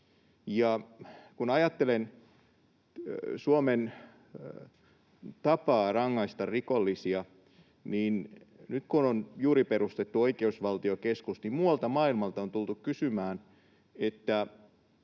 Kun ajattelen Suomen tapaa rangaista rikollisia, niin nyt kun on juuri perustettu Oikeusvaltiokeskus, muualta maailmalta on tultu kysymään, miten